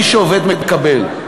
מי שעובד מקבל.